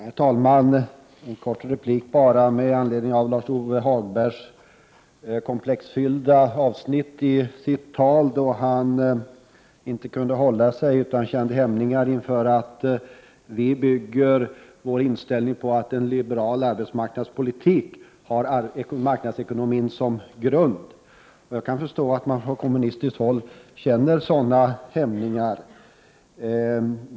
Herr talman! Jag vill ge en kort replik med anledning av Lars-Ove Hagbergs komplexfyllda avsnitt i sitt tal, där han kände hämningar inför att vi i folkpartiet bygger vår inställning på att en liberal arbetsmarknadspolitik har marknadsekonomin som grund. Jag kan förstå att man från kommunistiskt håll känner sig besvärad.